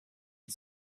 and